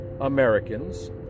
Americans